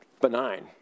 benign